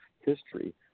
history